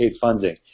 funding